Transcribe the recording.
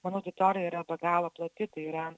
mano auditorija yra be galo plati tai yra